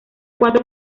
cuatro